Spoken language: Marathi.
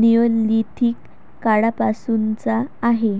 निओलिथिक काळापासूनचा आहे